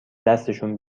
دستشون